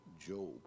Job